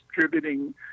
distributing